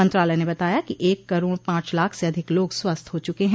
मंत्रालय ने बताया कि एक कराड़ पांच लाख से अधिक लोग स्वस्थ हो चुके हैं